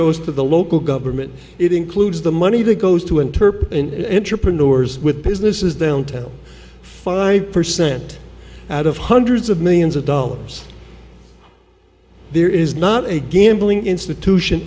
goes to the local government it includes the money that goes to interprete and intrapreneur with businesses downtown five percent out of hundreds of millions of dollars there is not a gambling institution